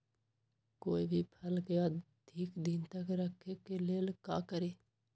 कोई भी फल के अधिक दिन तक रखे के ले ल का करी?